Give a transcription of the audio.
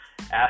ask